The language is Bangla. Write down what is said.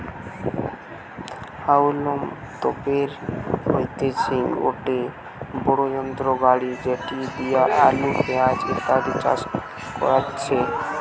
হাউলম তোপের হইতেছে গটে বড়ো যন্ত্র গাড়ি যেটি দিয়া আলু, পেঁয়াজ ইত্যাদি চাষ করাচ্ছে